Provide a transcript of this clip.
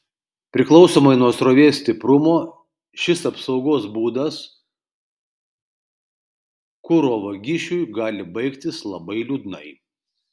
priklausomai nuo srovės stiprumo šis apsaugos būdas kuro vagišiui gali baigtis labai liūdnai